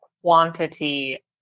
quantity